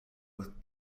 with